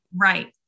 right